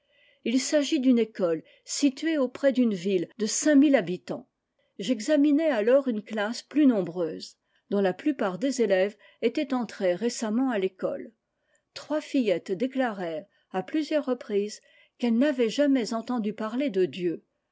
il s'agit d'une école située auprès d'une ville de ooo habitants j'examinai alors une classe plus nombreuse dontiaplupartdesélèves étaient entrées récemment à l'école trois fillettes déclarèrent à plusieurs reprises qu'elles n'avaient jamais entendu parler de dieu